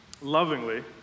lovingly